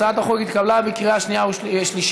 הצעת החוק נתקבלה בקריאה שלישית.